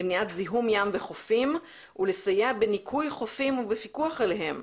למניעת זיהום ים וחופים ולסייע בניקוי חופים ובפיקוח עליהם.